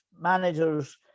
managers